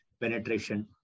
penetration